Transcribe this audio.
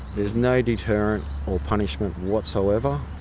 is no deterrent or punishment whatsoever.